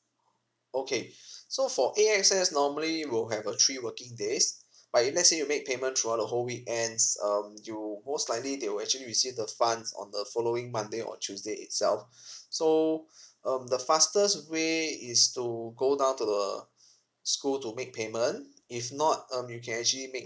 okay so for A_X_S normally will have a three working days but if let's say you make payment throughout the whole weekends um you most likely they will actually receive the funds on the following monday or tuesday itself so um the fastest way is to go down to the school to make payment if not um you can actually make